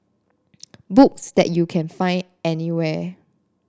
books that you can find anywhere